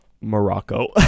Morocco